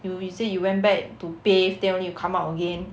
you you say you went back to bathe then you need to come out again